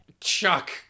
Chuck